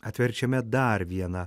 atverčiame dar vieną